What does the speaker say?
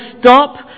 stop